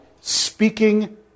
speaking